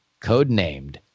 codenamed